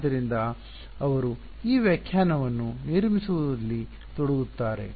ಆದ್ದರಿಂದ ಅವರು ಈ ವ್ಯಾಖ್ಯಾನವನ್ನು ನಿರ್ಮಿಸುವಲ್ಲಿ ತೊಡಗುತ್ತಾರೆ